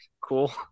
Cool